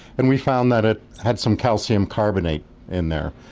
and we found that it had some calcium carbonate in there.